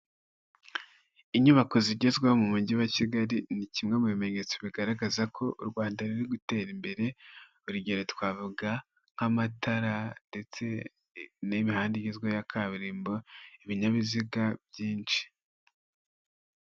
Inyubako zigezwaho mu mujyi wa Kigali ni kimwe mu bimenyetso bigaragaza ko u Rwanda ruri gutera imbere, urugero twavuga nk'amatara ndetse n'imihanda igezweho ya kaburimbo, ibinyabiziga byinshi.